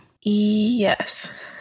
Yes